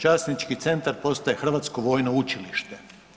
Časnički centar postaje Hrvatsko vojno učilište.